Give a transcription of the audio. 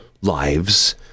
lives